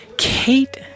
Kate